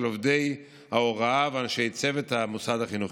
עובדי ההוראה ואנשי צוות המוסד החינוכי".